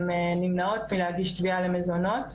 הן נמנעות מלהגיש תביעה למזונות,